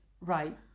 Right